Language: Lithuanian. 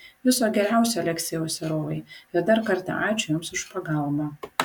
viso geriausio aleksejau serovai ir dar kartą ačiū jums už pagalbą